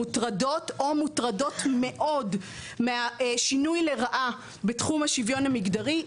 מוטרדות או מוטרדות מאוד מהשינוי לרעה בתחום השוויון המגדרי.